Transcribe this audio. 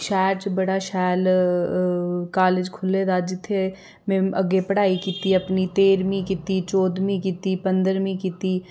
शैह्र च बड़ा शैल कालेज खुल्ले दा जित्थें में अग्गें पढ़ाई कीती अपनी तेह्रमी कीती चोह्दमीं कीती पंदरमीं कीती